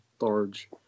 large